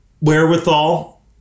wherewithal